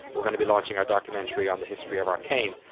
we're going to be launching our documentary on the history of arkane.